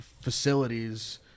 facilities